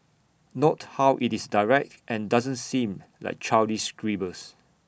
note how IT is direct and doesn't seem like childish scribbles